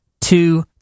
two